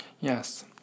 yes